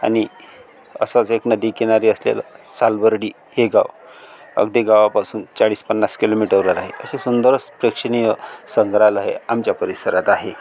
आणि असंच एक नदीकिनारी असलेलं सालबर्डी हे गाव अगदी गावापासून चाळीसपन्नास किलोमीटरवर आहे असे सुंदरसं प्रेक्षणीय संग्रहालये आमच्या परिसरात आहे